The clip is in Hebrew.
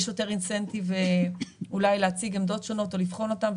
יש יותר אינסנטיב אולי להציג עמדות שונות או לבחון אותן,